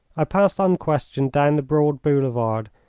i passed unquestioned down the broad boulevard,